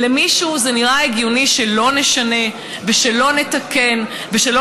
למישהו זה נראה הגיוני שלא נשנה ושלא נתקן ושלא